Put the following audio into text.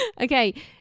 Okay